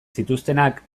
zituztenak